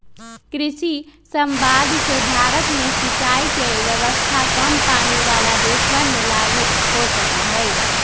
कृषि समवाद से भारत में सिंचाई के व्यवस्था काम पानी वाला देशवन में लागु हो सका हई